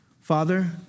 Father